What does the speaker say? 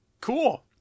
Cool